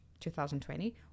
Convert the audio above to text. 2020